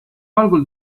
algul